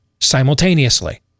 simultaneously